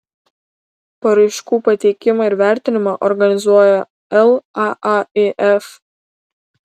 paraiškų pateikimą ir vertinimą organizuoja laaif